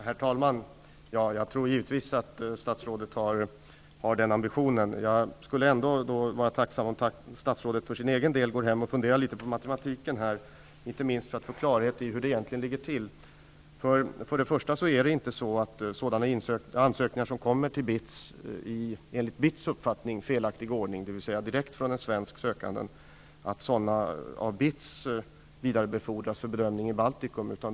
Herr talman! Jag tror givetvis att statsrådet har den ambitionen. Jag skulle ändå vara tacksam om statsrådet för sin egen del skulle gå hem och fundera litet på matematiken, inte minst för att vi skall få klarhet i hur det egentligen ligger till. Sådana ansökningar som kommer till BITS i, enligt BITS uppfattning, felaktig ordning, dvs. direkt från en svensk sökande, vidarebefordras inte för bedömning i Baltikum.